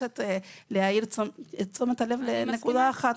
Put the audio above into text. מבקשת להאיר את תשומת הלב לנקודה אחת